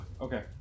Okay